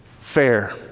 fair